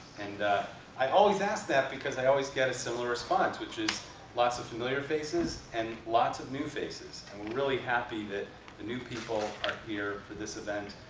and i always ask that, because i always get a similar response, which is lots of familiar faces and lots of new faces. and we're really happy that the new people are here for this event.